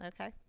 Okay